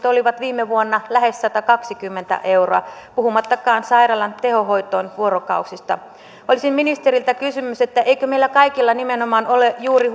olivat viime vuonna lähes satakaksikymmentä euroa puhumattakaan sairaalan tehohoitovuorokausista olisin ministeriltä kysynyt eikö meillä kaikilla nimenomaan ole juuri